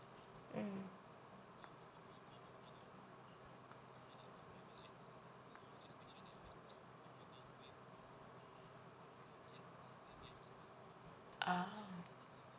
mm ah